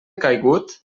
caigut